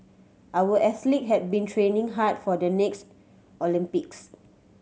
our athletes have been training hard for the next Olympics